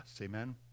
Amen